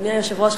אדוני היושב-ראש,